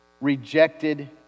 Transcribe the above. rejected